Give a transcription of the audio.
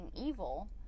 evil